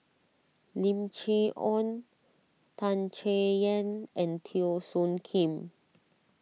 Lim Chee Onn Tan Chay Yan and Teo Soon Kim